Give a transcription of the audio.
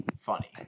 funny